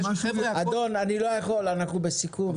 אדון אני לא יכול אנחנו בסיכום.